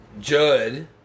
Judd